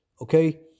Okay